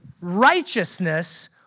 righteousness